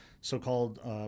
so-called